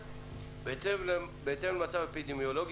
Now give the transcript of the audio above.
אלומות,